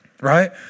Right